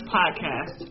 podcast